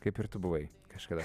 kaip ir tu buvai kažkada